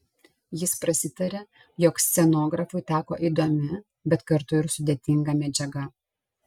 jis prasitarė jog scenografui teko įdomi bet kartu ir sudėtinga medžiaga